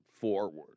forward